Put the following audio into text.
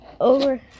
over